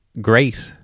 great